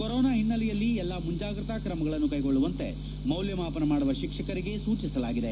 corona ಹಿನ್ನೆಲೆಯಲ್ಲಿ ಎಲ್ಲಾ ಮುಂಜಾಗೃತಾ ಕ್ರಮಗಳನ್ನು ಕೈಗೊಳ್ಳುವಂತೆ ಮೌಲ್ಯಮಾಪನ ಮಾಡುವ ಶಿಕ್ಷಕರಿಗೆ ಸೂಚಿಸಲಾಗಿದೆ